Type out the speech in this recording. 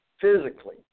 physically